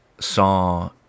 saw